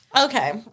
Okay